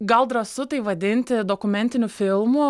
gal drąsu tai vadinti dokumentiniu filmu